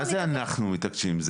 מה זה אנחנו מתעקשים?